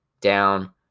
down